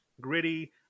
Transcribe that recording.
gritty